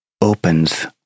opens